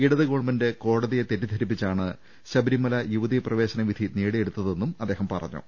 ഇടത് ഗവൺമെന്റ് കോടതിയെ തെറ്റിദ്ധരിപ്പി ച്ചാണ് ശബരിമല യുവതീ പ്രവേശന വിധി നേടിയെടുത്തതെന്നും അദ്ദേഹം പറഞ്ഞു